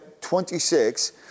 26